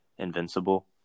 Invincible